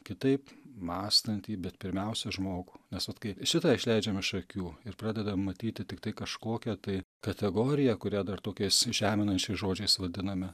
kitaip mąstantį bet pirmiausia žmogų nes vat kai šitą išleidžiam iš akių ir pradedam matyti tiktai kažkokią tai kategoriją kurią dar tokiais žeminančiais žodžiais vadiname